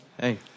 Hey